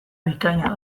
bikaina